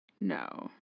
No